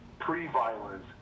pre-violence